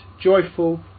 joyful